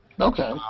Okay